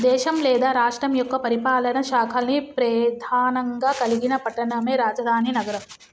దేశం లేదా రాష్ట్రం యొక్క పరిపాలనా శాఖల్ని ప్రెధానంగా కలిగిన పట్టణమే రాజధాని నగరం